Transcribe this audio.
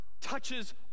touches